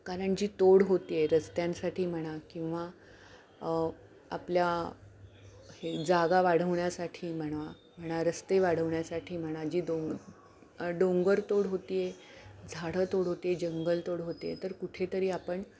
कारण जी तोड होते आहे रस्त्यांसाठी म्हणा किंवा आपल्या हे जागा वाढवण्यासाठी म्हणा म्हणा रस्ते वाढवण्यासाठी म्हणा जी डोंग डोंगरतोड होते आहे झाडतोड होते जंगलतोड होते आहे तर कुठेतरी आपण